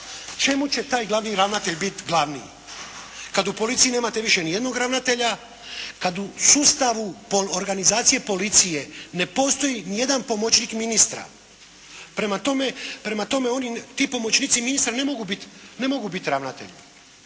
Čemu će taj glavni ravnatelj biti glavniji kada u policiji nemate više ni jednog ravnatelja, kada u sustavu organizacije policije ne postoji ni jedan pomoćnik ministra. Prema tome ti pomoćnici ministra ne mogu biti ravnatelji